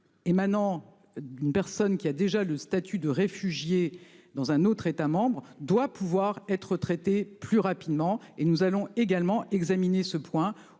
Émanant d'une personne qui a déjà le statut de réfugié dans un autre État-membre doit pouvoir être traitées plus rapidement et nous allons également examiner ce point